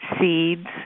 seeds